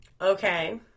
Okay